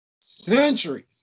Centuries